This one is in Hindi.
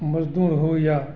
मजदूर हों या